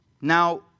Now